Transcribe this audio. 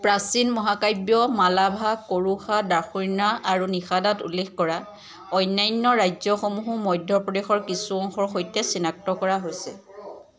প্ৰাচীন মহাকাব্য মালাভা কৰুষা দাসৰ্ণা আৰু নিশাদাত উল্লেখ কৰা অন্যান্য ৰাজ্যসমূহো মধ্য প্ৰদেশৰ কিছু অংশৰ সৈতে চিনাক্ত কৰা হৈছে